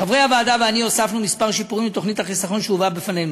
חברי הוועדה ואני הוספנו כמה שיפורים לתוכנית החיסכון שהובאה בפנינו: